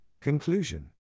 Conclusion